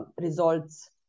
results